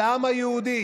של העם היהודי.